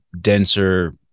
denser